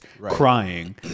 crying